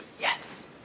yes